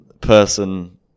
person